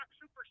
super